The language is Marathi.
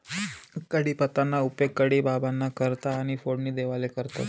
कढीपत्ताना उपेग कढी बाबांना करता आणि फोडणी देवाले करतंस